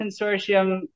consortium